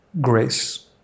grace